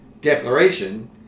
Declaration